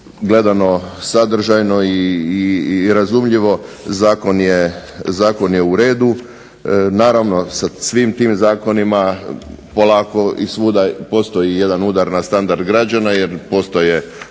gledano sadržajno i razumljivo zakon je u redu. Naravno, sa svim tim zakonima polako i svuda postoji jedan udar na standard građana jer postoje